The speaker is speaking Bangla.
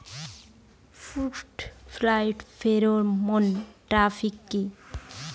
ফ্রুট ফ্লাই ফেরোমন ট্র্যাপ কি?